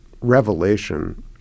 revelation